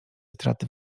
straty